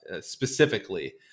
specifically